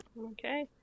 Okay